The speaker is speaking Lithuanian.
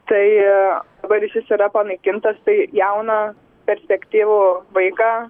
tai dabar išvis yra panaikintas tai jauną perspektyvų vaiką